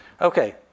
Okay